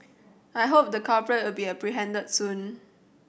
I hope the culprit will be apprehended soon